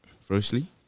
firstly